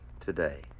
today